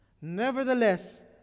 nevertheless